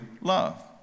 love